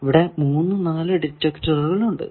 ഇവിടെ മൂന്നു നാലു ഡിറ്റക്ടറുകൾ ഉണ്ട്